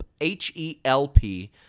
H-E-L-P